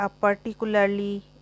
particularly